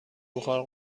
بخار